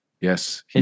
Yes